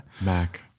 Mac